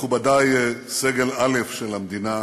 מכובדי, סגל א' של המדינה,